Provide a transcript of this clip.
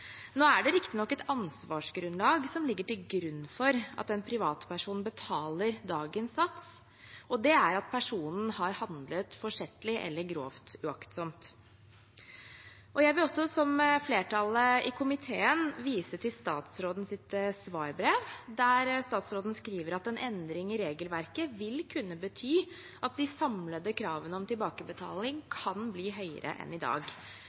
Nå er det riktignok et ansvarsgrunnlag som ligger til grunn for at en privatperson betaler dagens sats, og det er at personen har handlet forsettlig eller grovt uaktsomt. Jeg vil også, som flertallet i komiteen, vise til statsrådens svarbrev, der statsråden skriver at en endring i regelverket vil kunne bety at de samlede kravene om tilbakebetaling kan bli høyere enn i dag.